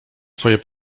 twoje